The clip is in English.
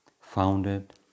founded